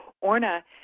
Orna